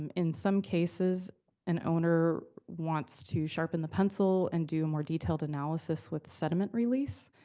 um in some cases an owner wants to sharpen the pencil and do more detailed analysis with sediment release.